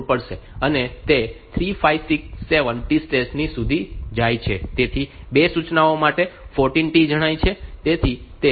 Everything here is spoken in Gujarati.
અને તે 3567 T સ્ટેટ્સ સુધી જાય છે તેથી 2 સૂચનાઓ માટે 14 T જણાવે છે